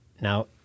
Now